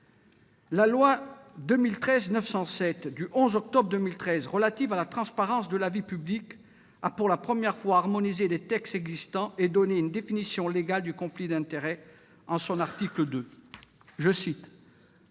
La loi du 11 octobre 2013 relative à la transparence de la vie publique a pour la première fois harmonisé les textes existants et donné une définition légale du conflit d'intérêts, en son article 2 :«